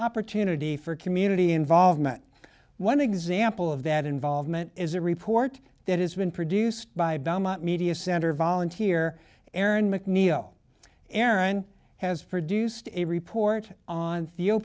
opportunity for community involvement one example of that involvement is a report that has been produced by belmont media center volunteer erin mcneil aaron has produced a report on